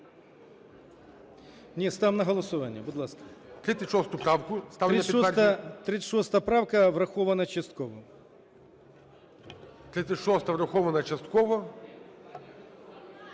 36 правка врахована частково.